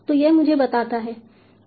तो यह मुझे बताता है